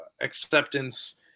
acceptance